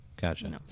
Gotcha